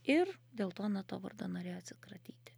ir dėl to na to vardo norėjo atsikratyti